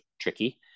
tricky